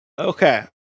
okay